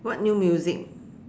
what new music